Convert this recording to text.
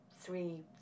three